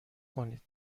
کنید